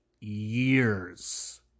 years